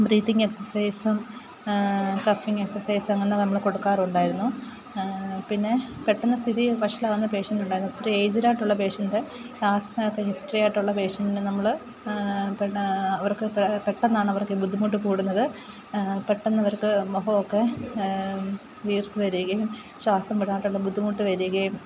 breathing എക്സസൈസും കഫിങ് exercise അങ്ങനെ നമ്മൾ കൊടുക്കാറുണ്ടായിരുന്നു പിന്നെ പെട്ടെന്നു സ്ഥിതി വഷളാകുന്ന പേഷ്യൻറ്റുണ്ടായിരുന്നു ഇത്തിരി എയ്ജിടായിട്ടുള്ള പേഷ്യൻറ്റ്സ് ആസ്മയൊക്കെ ഹിസ്റ്ററിയായിട്ടുള്ള പേഷ്യൻറ്റിന് നമ്മൾ ഇപ്പം അവർക്ക് ഇപ്പം പെട്ടെന്നാണ് അവർക്ക് ബുദ്ധിമുട്ട് കൂടുന്നത് പെട്ടെന്ന് അവർക്ക് മുഖമൊക്കെ വീർത്തു വരികയും ശ്വാസം വിടാനുള്ള ബുദ്ധിമുട്ട് വരികയും